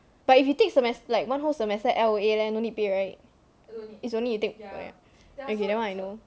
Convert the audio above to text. but if you take semester like one whole semester L_O_A leh no need pay right it's only you take right okay that one I know